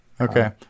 Okay